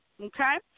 okay